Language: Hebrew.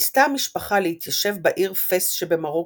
ניסתה המשפחה להתיישב בעיר פאס שבמרוקו,